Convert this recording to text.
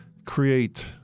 Create